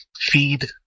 feed